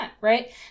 right